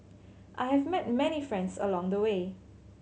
I have met many friends along the way